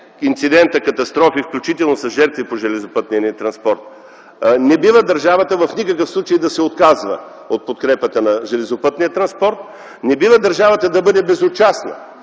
инциденти, включително по железопътния ни транспорт. Не бива държавата в никакъв случай да се отказва от подкрепата на железопътния транспорт! Не бива държавата да бъде безучастна